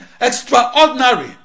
extraordinary